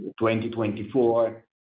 2024